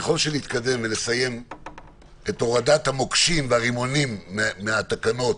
ככל שנתקדם ונסיים את הורדת המוקשים והרימונים מהתקנות,